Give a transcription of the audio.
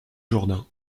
jourdain